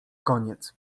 koniec